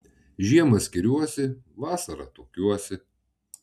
žiemą skiriuosi vasarą tuokiuosi